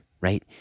right